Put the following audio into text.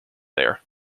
there